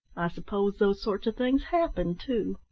i suppose those sort of things happen too?